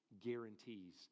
guarantees